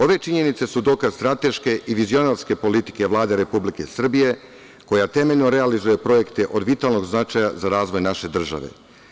Ove činjenice su dokaz strateške i vizionarske politike Vlade Republike Srbije, koja temeljno realizuje projekte od vitalnog značaja za razvoj naše države.